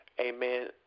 Amen